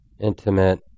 intimate